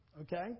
okay